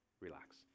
relax